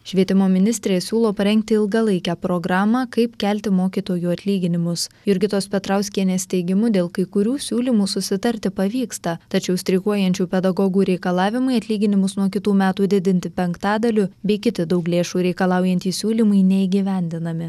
švietimo ministrė siūlo parengti ilgalaikę programą kaip kelti mokytojų atlyginimus jurgitos petrauskienės teigimu dėl kai kurių siūlymų susitarti pavyksta tačiau streikuojančių pedagogų reikalavimai atlyginimus nuo kitų metų didinti penktadaliu bei kiti daug lėšų reikalaujantys siūlymai neįgyvendinami